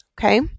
Okay